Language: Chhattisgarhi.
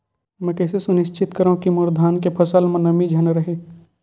मैं कइसे सुनिश्चित करव कि मोर धान के फसल म नमी झन रहे?